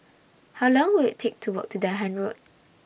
How Long Will IT Take to Walk to Dahan Road